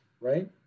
right